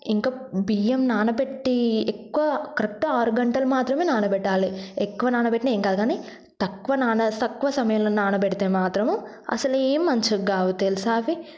ఇంకా బియ్యం నానబెట్టి ఎక్కువ కరెక్ట్గా ఆరు గంటలు మాత్రమే నానబెట్టాలి ఎక్కువ నానబెట్టిన ఏం కాదు కానీ తక్కువ నాన తక్కువ సమయం నానబెడితే మాత్రం అసలేం మంచిగాకావు తెలుసా అవి